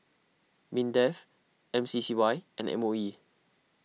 Mindef M C C Y and M O E